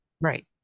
Right